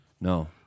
No